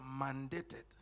mandated